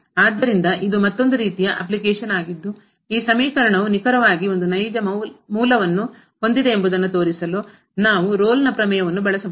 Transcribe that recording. ಆದ್ದರಿಂದ ಇದು ಮತ್ತೊಂದು ರೀತಿಯ ಅಪ್ಲಿಕೇಶನ್ ಆಗಿದ್ದು ಈ ಸಮೀಕರಣವು ನಿಖರವಾಗಿ ಒಂದು ನೈಜ ಮೂಲವನ್ನು ಹೊಂದಿದೆ ಎಂಬುದನ್ನು ತೋರಿಸಲು ನಾವು ರೋಲ್ನ ಪ್ರಮೇಯವನ್ನು ಬಳಸಬಹುದು